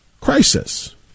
Crisis